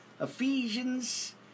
Ephesians